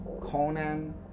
Conan